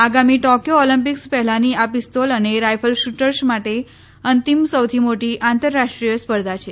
આગામી Tokyo Olympics પહેલાની આ પિસ્તોલ અને રાઇફલ શુટર્સ માટે અંતિમ સૌથી મોટી આંતરરાષ્ટ્રીય સ્પર્ધા છે